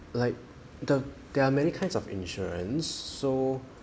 like the there are many kinds of insurance so